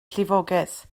llifogydd